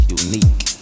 unique